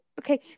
Okay